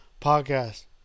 podcast